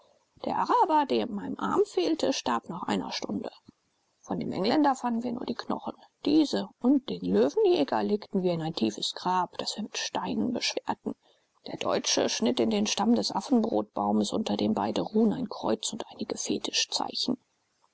der araber dem ein arm fehlte starb nach einer stunde von dem engländer fanden wir nur die knochen diese und den löwenjäger legten wir in ein tiefes grab das wir mit steinen beschwerten der deutsche schnitt in den stamm des affenbrotbaums unter dem beide ruhen ein kreuz und einige fetischzeichen